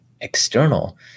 external